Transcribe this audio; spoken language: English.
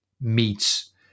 meets